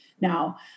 now